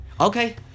Okay